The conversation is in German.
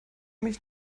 mich